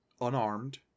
unarmed